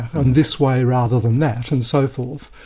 and this way rather than that and so forth,